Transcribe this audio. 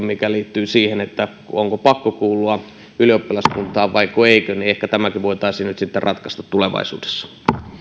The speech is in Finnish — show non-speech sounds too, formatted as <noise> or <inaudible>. <unintelligible> mikä liittyy siihen onko pakko kuulua ylioppilaskuntaan vaiko ei niin ehkä tämäkin voitaisiin nyt sitten ratkaista tulevaisuudessa